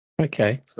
Okay